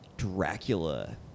dracula